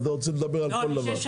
אתה רוצה לדבר על כל דבר.